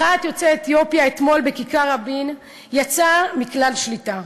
מחאת יוצאי אתיופיה אתמול בכיכר-רבין יצאה מכלל שליטה,